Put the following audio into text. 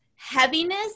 heaviness